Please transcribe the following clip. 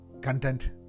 content